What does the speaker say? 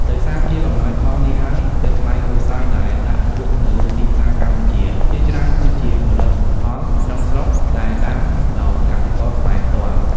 ដោយសារភាពអំណោយផលនេះហើយ ទើបផ្លែក្រូចសើចដែលដាក់លក់នៅលើទីផ្សារកម្ពុជា ភាគច្រើនគឺជាផលិតផលក្នុងស្រុក ដែលដាំដោយកសិករខ្មែរផ្ទាល់។